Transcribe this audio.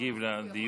להגיב על הדיון.